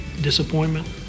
disappointment